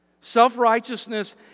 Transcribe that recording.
Self-righteousness